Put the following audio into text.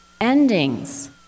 endings